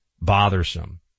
bothersome